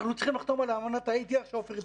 אנחנו צריכים לחתום על האמנה שעופר הזכיר.